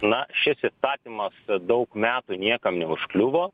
na šis įstatymas daug metų niekam neužkliuvo